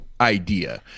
idea